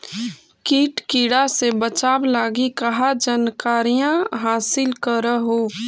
किट किड़ा से बचाब लगी कहा जानकारीया हासिल कर हू?